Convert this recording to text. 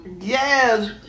Yes